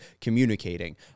communicating